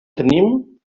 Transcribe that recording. tenim